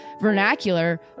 vernacular